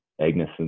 agnes